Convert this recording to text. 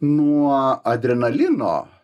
nuo adrenalino